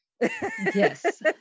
Yes